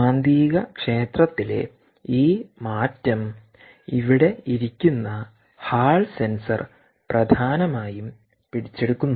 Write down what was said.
കാന്തികക്ഷേത്രത്തിലെ ഈ മാറ്റം ഇവിടെ ഇരിക്കുന്ന ഹാൾ സെൻസർ പ്രധാനമായും പിടിച്ചെടുക്കുന്നു